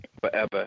forever